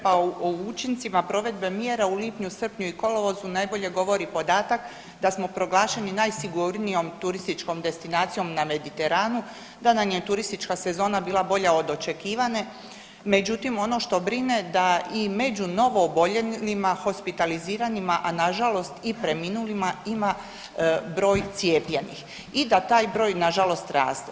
Pa o učincima provedbe mjera u lipnju, srpnju i kolovozu najbolje govori podatak da smo proglašeni najsigurnijom turističkom destinacijom na Mediteranu da nam je turistička sezona bila bolja od očekivane, međutim ono što brine da i među novo oboljelima, hospitaliziranima, a nažalost i preminulima ima broj cijepljenih i da taj broj nažalost raste.